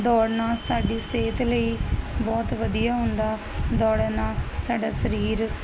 ਦੌੜਨਾ ਸਾਡੀ ਸਿਹਤ ਲਈ ਬਹੁਤ ਵਧੀਆ ਹੁੰਦਾ ਦੌੜਨਾ ਸਾਡਾ ਸਰੀਰ